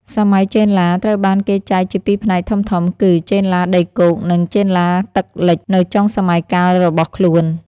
សម័យចេនឡា ត្រូវបានគេចែកជាពីរផ្នែកធំៗ គឺ ចេនឡាដីគោក និង ចេនឡាទឹកលិច នៅចុងសម័យកាលរបស់ខ្លួន។